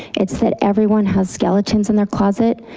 it's that everyone has skeletons in their closet